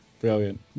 Brilliant